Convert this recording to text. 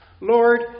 Lord